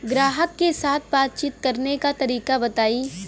ग्राहक के साथ बातचीत करने का तरीका बताई?